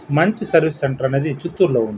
మంచి service centre అనేది చిత్తూరులో ఉంది